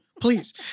Please